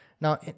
Now